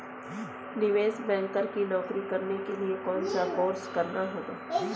निवेश बैंकर की नौकरी करने के लिए कौनसा कोर्स करना होगा?